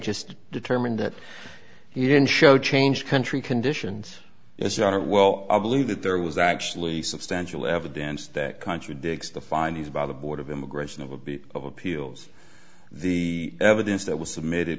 just determined that he didn't show change country conditions as you are well i believe that there was actually substantial evidence that contradicts the findings by the board of immigration of a bit of appeals the evidence that was submitted